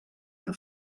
que